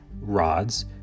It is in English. rods